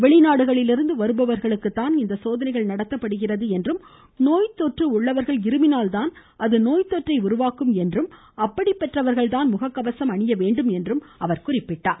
வெளிநாடுகளிலிருந்து வருபவர்களுக்குத் தான் இந்த நடத்தப்படுகிறது என்றும் நோய்த்தொற்று உள்ளவர்கள் இருமினால் தான் அது நோய்த் தொற்றை உருவாக்கும் என்றும் அப்படிப்பட்டவர்கள்தான் முகக்கவசம் அணிய வேண்டும் என்றும் குறிப்பிட்டார்